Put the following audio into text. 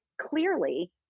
Clearly